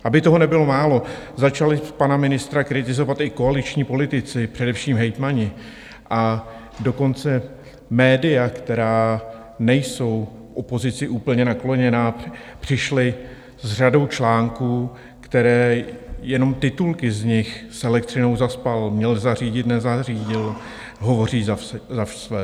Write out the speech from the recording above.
Aby toho nebylo málo, začali pana ministra kritizovat i koaliční politici, především hejtmani, a dokonce média, která nejsou opozici úplně nakloněná, přišla s řadou článků, kdy jenom titulky z nich S elektřinou zaspal, Měl zařídit, nezařídil hovoří za své.